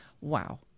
Wow